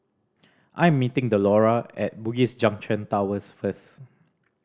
I am meeting Delora at Bugis Junction Towers first